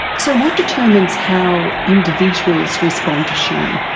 so what determines how individuals respond to shame?